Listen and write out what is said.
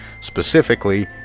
specifically